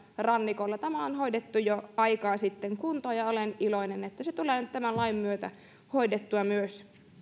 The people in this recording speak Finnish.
rannikolla tämä on hoidettu jo aikaa sitten kuntoon ja olen iloinen että se tulee nyt tämän lain myötä hoidettua myös